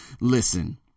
Listen